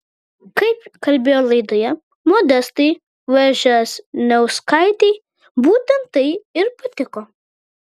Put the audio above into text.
kaip kalbėjo laidoje modestai vžesniauskaitei būtent tai ir patiko